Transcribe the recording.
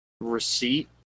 receipt